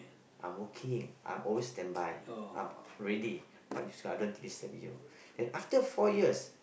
I'm working I'm always standby I'm ready but you sleep I don't want to disturb you then after four years